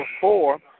four